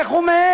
איך הוא מעז?